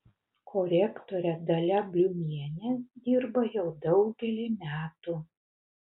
korektorė dalia bliumienė dirba jau daugelį metų